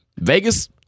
Vegas